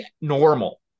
normal